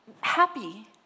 happy